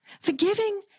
Forgiving